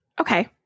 Okay